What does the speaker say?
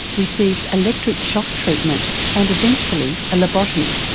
receives electric shock treatment and eventually a lobotomy.